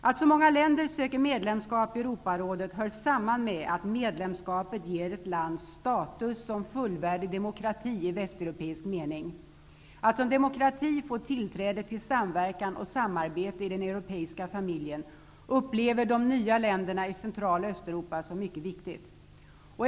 Att så många länder söker medlemsskap i Europarådet hör samman med att medlemskapet ger ett land status som fullvärdig demokrati i västeuropeisk mening. Att som demokrati få tillträde till samverkan och samarbete i den europeiska familjen upplever de nya länderna i Central och Östeuropa som mycket viktigt.